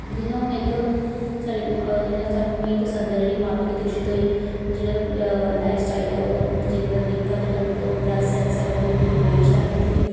जियां हून इक साढ़ी जियां सानूं मि पसंद ऐ जेह्ड़ी माधुरी दीक्षत होई ओह् जेह्ड़ा लाइफ स्टाईल ऐ ओह्दा जीने दा तरीका जेह्ड़ा मतलब ओह् ड्रैस सैंस ओह्दी ओह् मिगी बड़ी गै शैल लगदी